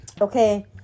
Okay